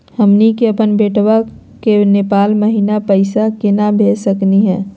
हमनी के अपन बेटवा क नेपाल महिना पैसवा केना भेज सकली हे?